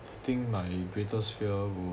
I think my greatest fear would